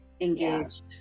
engaged